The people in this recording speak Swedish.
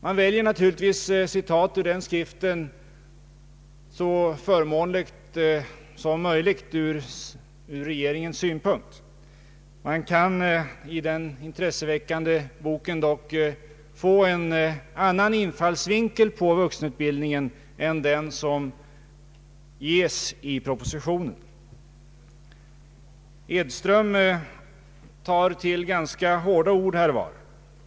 Man väljer naturligtvis citat ur den skriften som är så förmånliga som möjligt från regeringens synpunkt. Man kan i den intresseväckande boken dock få en annan infallsvinkel på vuxenutbildningen än den som ges i propositionen. Edström tar här och var till ganska hårda ord.